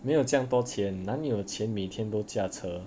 没有这样多钱哪里有钱每天都驾车